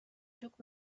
took